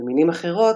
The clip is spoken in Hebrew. במילים אחרות,